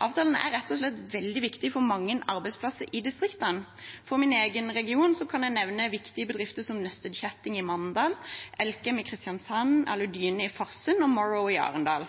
Avtalen er rett og slett veldig viktig for mange arbeidsplasser i distriktene. Fra min egen region kan jeg nevne viktige bedrifter som Nøsted Kjetting i Mandal, Elkem i Kristiansand, Aludyne i Farsund og Morrow i Arendal.